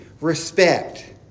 respect